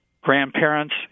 grandparents